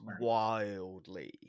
wildly